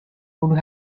would